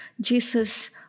Jesus